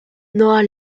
noah